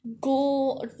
go